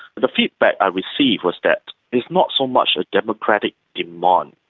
the feedback i received was that it's not so much a democratic demand,